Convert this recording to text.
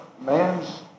man's